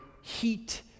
heat